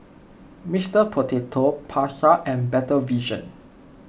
Mister Potato Pasar and Better Vision